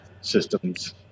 Systems